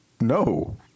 No